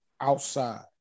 outside